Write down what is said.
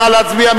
נא להצביע.